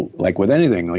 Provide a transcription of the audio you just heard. like with anything, like